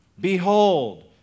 behold